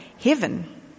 heaven